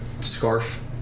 scarf